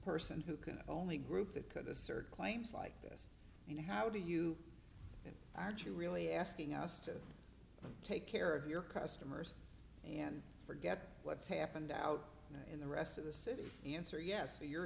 person who can only group that could assert claims like this and how do you aren't you really asking us to take care of your customers and forget what's happened out in the rest of the city answer yes